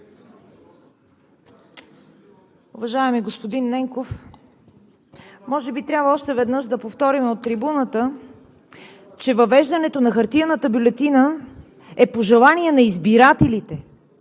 Уважаеми господин Ненков, може би трябва още веднъж да повторим от трибуната, че въвеждането на хартиената бюлетина е по желание на избирателите.